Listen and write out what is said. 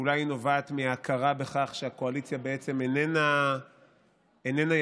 אולי היא נובעת מהכרה בכך שהקואליציה איננה יציבה,